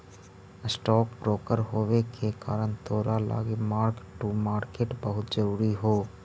stock broker होबे के कारण तोरा लागी मार्क टू मार्केट बहुत जरूरी हो